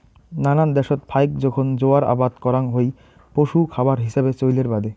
নানান দ্যাশত ফাইক জোখন জোয়ার আবাদ করাং হই পশু খাবার হিছাবে চইলের বাদে